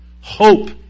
Hope